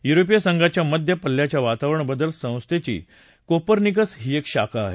युरोपिय संघाच्या मध्य पल्ल्याच्या वातावरण बदल संस्थेची कोपर्निकस ही एक शाखा आहे